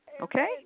okay